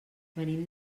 venim